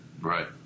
right